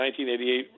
1988